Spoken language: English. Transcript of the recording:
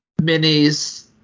minis